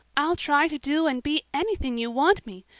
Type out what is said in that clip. i'll try to do and be anything you want me,